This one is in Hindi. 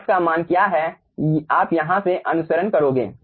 x का मान क्या है आप यहां से अनुसरण करोगे